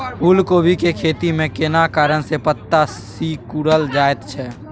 फूलकोबी के खेती में केना कारण से पत्ता सिकुरल जाईत छै?